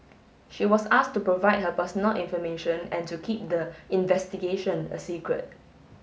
she was asked to provide her personal information and to keep the investigation a secret